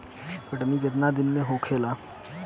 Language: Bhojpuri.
कटनी केतना दिन में होखेला?